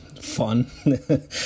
fun